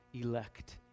elect